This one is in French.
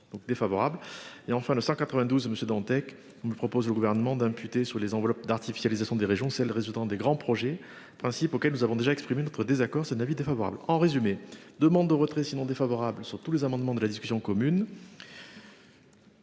et enfin de 192 Monsieur Dantec. Il me propose le gouvernement d'imputer sur les enveloppes d'artificialisation des régions celles résultant des grands projets principe auquel nous avons déjà exprimé notre désaccord c'est un avis défavorable en résumé demande de retrait sinon défavorable sur tous les amendements de la discussion commune.